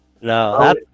No